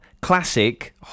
Classic